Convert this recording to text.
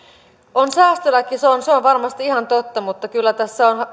on säästölaki se on se on varmasti ihan totta mutta kyllä tässä on